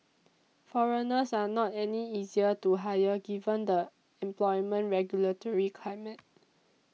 foreigners are not any easier to hire given the employment regulatory climate